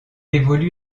évolue